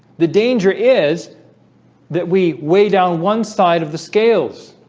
the danger is that we weigh down one side of the scales